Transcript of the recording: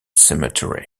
cemetery